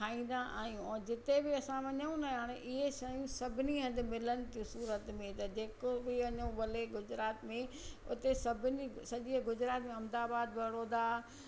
खाईंदा आहियूं ऐं जिते बि असां वञू न हाणे इहे शयूं सभिनी हंधु मिलनि थियूं सूरत में त जेको बि वञू भले गुजरात में उते सभिनी सॼे गुजरात में अहमदाबाद बड़ौदा